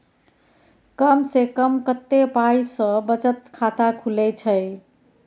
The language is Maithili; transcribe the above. कम से कम कत्ते पाई सं बचत खाता खुले छै?